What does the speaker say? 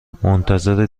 منتظر